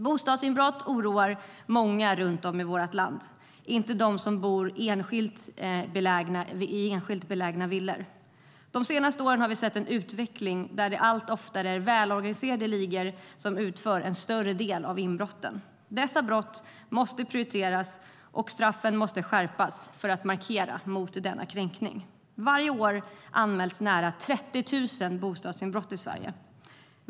Bostadsinbrott oroar många runt om i vårt land, inte minst dem som bor i enskilt belägna villor. De senaste åren har vi sett en utveckling där det allt oftare är välorganiserade ligor som utför en större del av inbrotten. Dessa brott måste prioriteras, och straffen måste skärpas för att markera mot denna kränkning. Varje år anmäls nära 30 000 bostadsinbrott i Sverige.